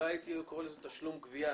אולי הייתי קורא לזה "תשלום גבייה".